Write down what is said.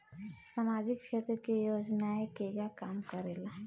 सामाजिक क्षेत्र की योजनाएं केगा काम करेले?